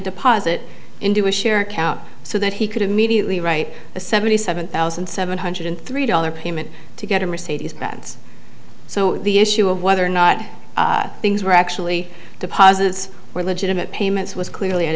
deposit into a share account so that he could immediately write a seventy seven thousand seven hundred three dollars payment to get a mercedes benz so the issue of whether or not things were actually deposits were legitimate payments was clearly a